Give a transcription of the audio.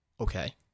Okay